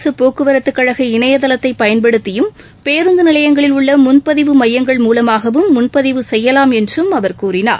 அரசு போக்குவரத்து கழக இணையதளத்தை பயன்படுத்தியும் பேருந்து நிலையங்களில் உள்ள முன்பதிவு மையங்கள் மூலமாகவும் முன்பதிவு செய்யலாம் என்றும் அவர் கூறினார்